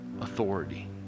authority